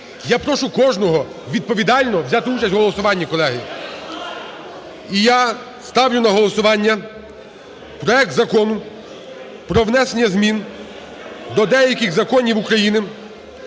Я прошу кожного відповідально взяти участь в голосуванні, колеги. І я ставлю на голосування проект Закону про внесення змін до деяких законів України